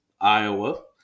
Iowa